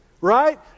Right